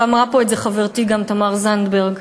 ואמרה פה את זה גם חברתי תמר זנדברג.